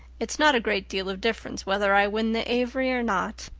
it's not a great deal of difference whether i win the avery or not.